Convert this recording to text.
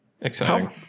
Exciting